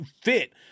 fit